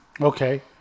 Okay